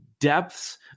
depths